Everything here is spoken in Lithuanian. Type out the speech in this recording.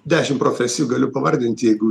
dešim profesijų galiu pavardint jeigu